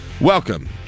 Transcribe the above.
Welcome